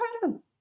person